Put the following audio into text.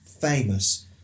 famous